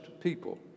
people